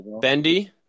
Bendy